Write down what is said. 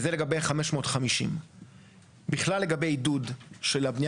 זה לגבי 550. בכלל לגבי עידוד של הבניה